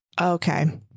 Okay